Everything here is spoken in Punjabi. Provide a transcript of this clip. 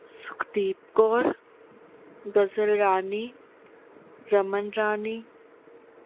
ਸੁੱਖਦੀਪ ਕੌਰ ਗਜ਼ਰ ਰਾਣੀ ਰਮਨ ਰਾਣੀ